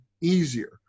easier